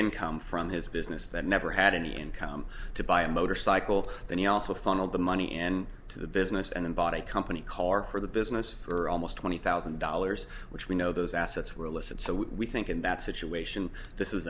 income from his business that never had any income to buy a motorcycle and he also funneled the money in to the business and bought a company car for the business for almost twenty thousand dollars which we know those assets were illicit so we think in that situation this is